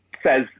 says